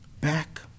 back